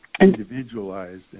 individualized